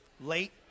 late